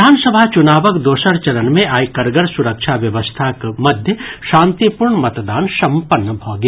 विधानसभा चुनावक दोसर चरण मे आइ कड़गर सुरक्षा व्यवस्थाक मध्य शांतिपूर्ण मतदान सम्पन्न भऽ गेल